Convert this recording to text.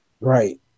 right